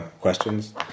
questions